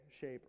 shape